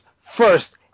first